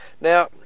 Now